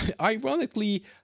ironically